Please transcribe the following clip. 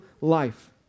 life